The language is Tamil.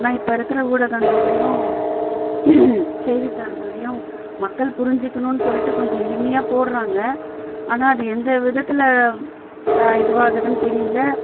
ஆனால் இப்போ இருக்கிற ஊடகங்கள்லேயும் செய்தித்தாள்கள்லேயும் மக்கள் புரிஞ்சிக்கணும்னு சொல்லிட்டு கொஞ்ச எளிமையாக போடுறாங்க ஆனால் அது எந்த விதத்தில் இதுவாகுதுன்னு தெரியல